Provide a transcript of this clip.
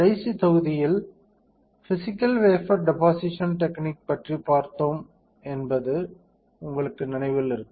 கடைசி தொகுதியில் physical wafer deposition technique பற்றி பார்த்தோம் என்பது உங்களுக்கு நினைவில் இருக்கும்